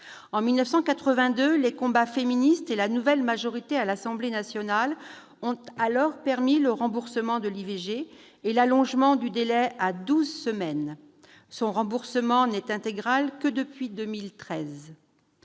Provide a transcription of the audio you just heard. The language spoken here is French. En 1982, les combats féministes et la nouvelle majorité de l'Assemblée nationale permettent le remboursement de l'IVG et l'allongement du délai à douze semaines. Le remboursement de cet acte n'est intégral que depuis 2013.